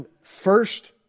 first